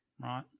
Right